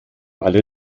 alle